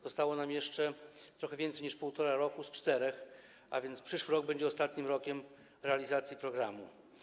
Zostało nam jeszcze trochę więcej niż półtora roku z 4 lat, a więc przyszły rok będzie ostatnim rokiem realizacji programu.